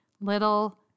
little